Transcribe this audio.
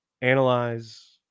analyze